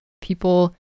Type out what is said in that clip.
people